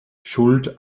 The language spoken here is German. schuld